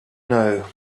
know